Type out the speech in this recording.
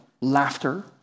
laughter